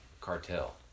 cartel